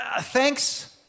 thanks